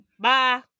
Bye